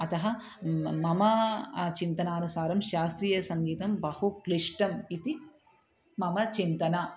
अतः मम चिन्तनानुसारं शास्त्रीयसङ्गीतं बहु क्लिष्टम् इति मम चिन्तनम्